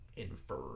Infer